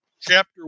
Chapter